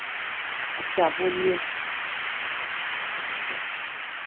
अच्छा बोलिए